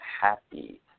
happy